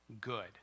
good